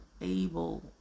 able